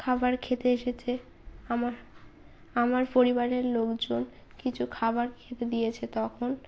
খাবার খেতে এসেছে আমার আমার পরিবারের লোকজন কিছু খাবার খেতে দিয়েছে তখন